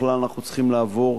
בכלל אנחנו צריכים לעבור